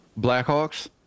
Blackhawks